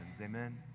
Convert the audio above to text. amen